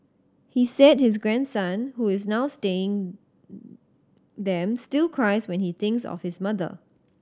he said his grandson who is now staying them still cries when he thinks of his mother